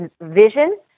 vision